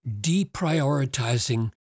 deprioritizing